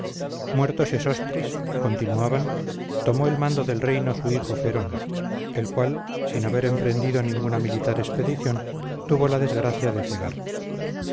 muerto sesostris continuaban tomó el mando del reino su hijo feron el cual sin haber emprendido ninguna militar expedición tuvo la desgracia de cegar